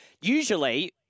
usually